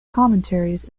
commentaries